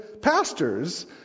pastors